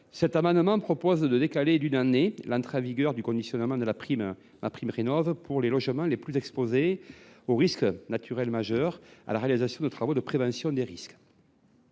Cet amendement tend à décaler d’une année l’entrée en vigueur du conditionnement de MaPrimeRénov’, pour les logements les plus exposés aux risques naturels majeurs, à la réalisation de travaux de prévention des risques.